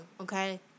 Okay